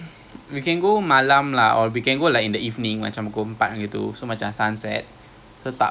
boleh juga then a bit boring actually boleh lah because ten token saje apa bukan ke tiga puluh apa